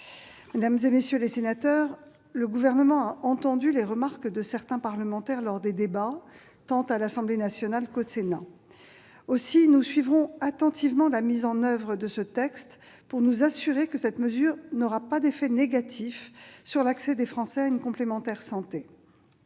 Mesdames, messieurs les sénateurs, le Gouvernement a entendu les remarques formulées par certains parlementaires lors des débats, tant à l'Assemblée nationale qu'au Sénat. Nous n'en suivrons que plus attentivement la mise en oeuvre de la future loi, pour nous assurer qu'elle n'aura pas d'effets négatifs sur l'accès des Français à une complémentaire santé.